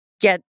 get